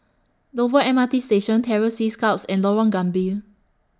Dover M R T Station Terror Sea Scouts and Lorong Gambir